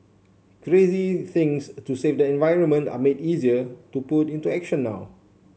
crazy things to save the environment are made easier to put into action now